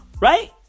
right